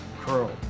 Curl